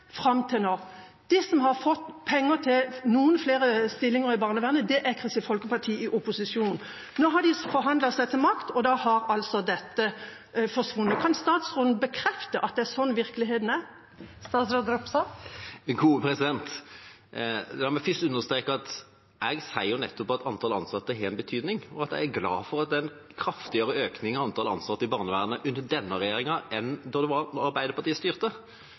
fram til nå. Det som har gitt penger til noen flere stillinger i barnevernet, er Kristelig Folkeparti i opposisjon. Nå har de forhandlet seg fram til makt, og da har altså dette forsvunnet. Kan statsråden bekrefte at det er sånn virkeligheten er? La meg først understreke at jeg nettopp sier at antallet ansatte har en betydning, og at jeg er glad for at det er en kraftigere økning av antallet ansatte i barnevernet under denne regjeringa enn det var da Arbeiderpartiet styrte.